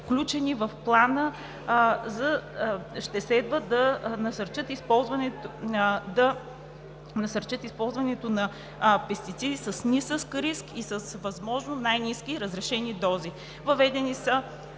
включени в плана, ще следва да насърчават използването на пестициди с нисък риск и във възможно най-ниските разрешени дози. Въведени са